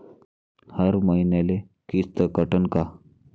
हर मईन्याले किस्त कटन का?